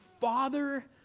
father